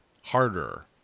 harder